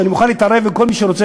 אני מוכן להתערב עם כל מי שרוצה,